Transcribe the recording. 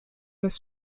das